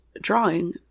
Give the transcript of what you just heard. drawing